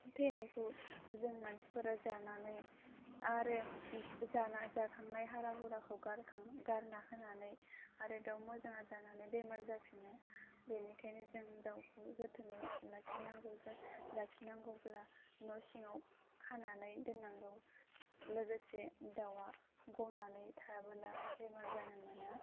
थैनायखौ जों मानसिफोरा जानानै आरो जाना जाखांनाय हारा हुराखौ गारना होनानै आरो दाव मोजाङा जानानै बेमार जाफिनो बेनिखायनो जों दावखौ जोथोनै लाखिनांगौ जा लाखिनांगौब्ला न' सिङाव खानानै दोननांगौ लोगोसे दावआ गनानै थाबोला बेमार जानो मोना